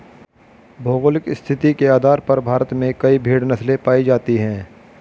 भौगोलिक स्थिति के आधार पर भारत में कई भेड़ नस्लें पाई जाती हैं